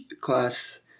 class